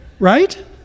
Right